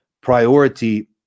priority